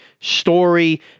story